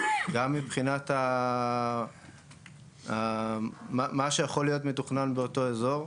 גם מבחינת מה שיכול להיות מתוכנן באותו אזור,